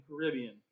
Caribbean